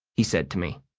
he said to me.